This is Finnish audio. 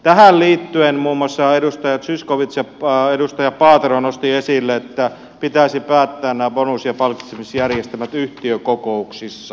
tähän liittyen muun muassa edustaja zyskowicz ja edustaja paatero nostivat esille että pitäisi päättää nämä bonus ja palkitsemisjärjestelmät yhtiökokouksissa